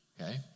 okay